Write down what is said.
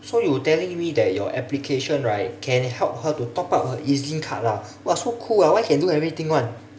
so you telling me that your application right can help her to top up her E_Z link card lah !wah! so cool ah why can do everything [one]